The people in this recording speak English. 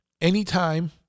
anytime